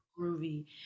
groovy